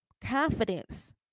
confidence